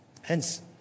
Hence